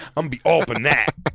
um be all but and that!